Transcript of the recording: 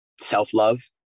self-love